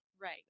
Right